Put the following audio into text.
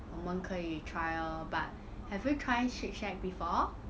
我们可以 try lor but have you try Shake Shack before